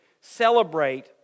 celebrate